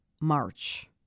March